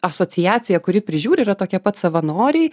asociaciją kuri prižiūri yra tokie pat savanoriai